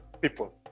people